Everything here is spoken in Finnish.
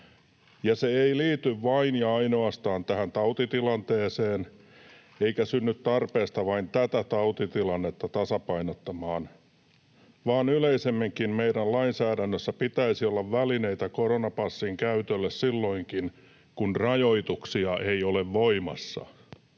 Ja se ei liity vain ja ainoastaan tähän tautitilanteeseen eikä synny tarpeesta vain tätä tautitilannetta tasapainottamaan, vaan yleisemminkin meidän lainsäädännössä pitäisi olla välineitä koronapassin käytölle silloinkin, kun rajoituksia ei ole voimassa,